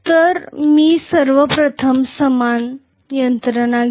तर मी सर्व प्रथम समान यंत्रणा घेऊ